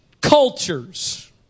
cultures